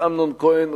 אמנון כהן,